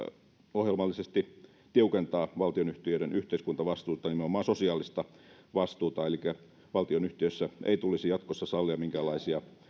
ohjelmallisesti tiukentaa valtionyhtiöiden yhteiskuntavastuuta nimenomaan sosiaalista vastuuta elikkä valtionyhtiöissä ei tulisi jatkossa sallia minkäänlaisia